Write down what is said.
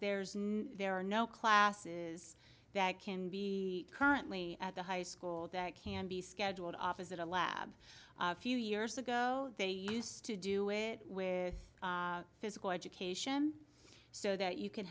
there's no there are no classes that can be currently at the high school that can be scheduled opposite a lab a few years ago they used to do it with physical education so that you can